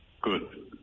Good